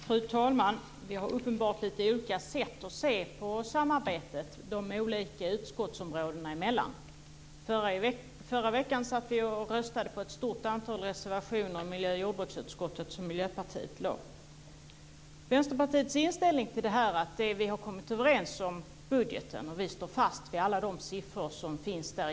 Fru talman! Vi har uppenbarligen lite olika sätt att se på samarbetet de olika utskottsområdena emellan. I förra veckan satt vi och röstade på ett stort antal reservationer i miljö och jordbruksutskottet som Miljöpartiet väckt. Vänsterpartiets inställning är att vi har kommit överens om budgeten. Vi står fast vid alla de siffror som finns där.